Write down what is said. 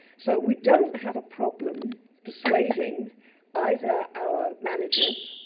so we don't have a problem persuading either our managers,